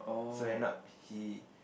so end up he